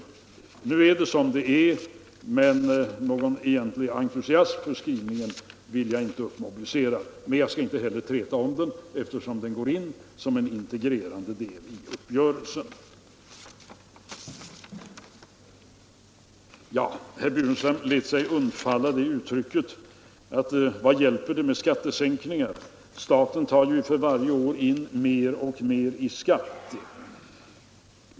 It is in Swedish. Nu är det som det är. Men någon egentlig entusiasm för skrivningen kan jag inte mobilisera. Och jag skall som sagt inte träta om skrivningen, eftersom den går in som en integrerad del i uppgörelsen. Sedan tillät sig herr Burenstam Linder att fråga: Vad hjälper det med skattesänkningar, staten tar ju för varje år in mer och mer i skatt?